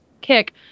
kick